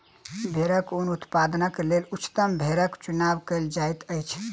भेड़क ऊन उत्पादनक लेल उच्चतम भेड़क चुनाव कयल जाइत अछि